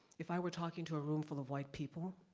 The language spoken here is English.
if i were talking to a room full of white people,